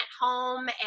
home